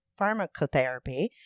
pharmacotherapy